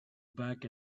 back